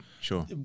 sure